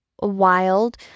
wild